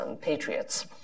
patriots